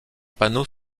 panneaux